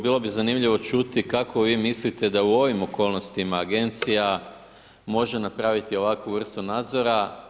Bilo bi zanimljivo čuti kako vi mislite da u ovim okolnostima agencija može napraviti ovakvu vrstu nadzora.